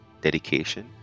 dedication